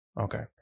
Okay